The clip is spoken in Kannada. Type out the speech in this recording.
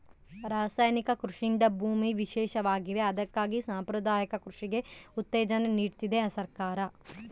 ರಾಸಾಯನಿಕ ಕೃಷಿಯಿಂದ ಭೂಮಿ ವಿಷವಾಗಿವೆ ಅದಕ್ಕಾಗಿ ಸಾಂಪ್ರದಾಯಿಕ ಕೃಷಿಗೆ ಉತ್ತೇಜನ ನೀಡ್ತಿದೆ ಸರ್ಕಾರ